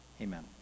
Amen